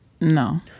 no